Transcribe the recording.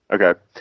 Okay